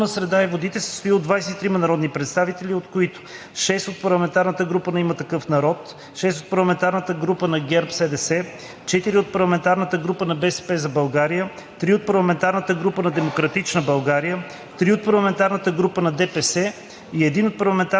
Комисията по околната среда и водите се състои от 23 народни представители, от които 6 от парламентарната група на „Има такъв народ“, 6 от парламентарната група на ГЕРБ-СДС, 4 от парламентарната група на „БСП за България“, 3 от парламентарната група на „Демократична България“, 3 от парламентарната група на